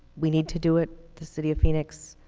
we need to do it, the city of phoenix